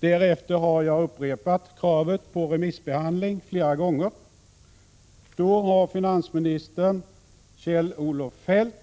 Därefter har jag upprepat kravet på remissbehandling flera gånger. Då har finansministern Kjell-Olof Feldt